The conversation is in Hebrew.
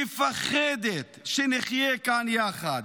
מפחדת שנחיה כאן יחד.